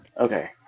Okay